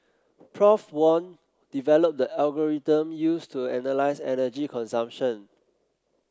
Prof Wen developed the algorithm used to analyse energy consumption